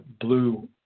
blue